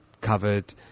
covered